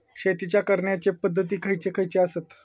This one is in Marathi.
शेतीच्या करण्याचे पध्दती खैचे खैचे आसत?